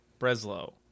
Breslow